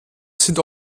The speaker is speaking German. sind